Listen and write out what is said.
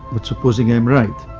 but supposing i'm right,